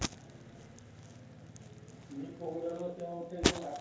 भारतातही त्यात गुंतवणूक करणाऱ्यांची संख्या वाढली आहे